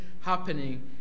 happening